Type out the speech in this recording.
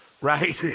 right